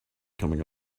coming